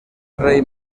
rei